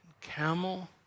camel